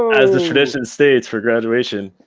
as the tradition states for graduation.